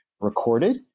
recorded